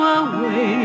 away